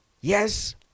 Yes